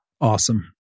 Awesome